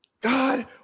God